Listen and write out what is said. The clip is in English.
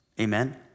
Amen